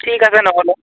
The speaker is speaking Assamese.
ঠিক আছে নহ'লে